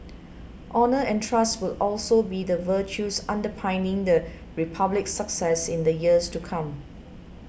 honour and trust will also be the virtues underpinning the Republic's success in the years to come